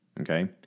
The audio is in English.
okay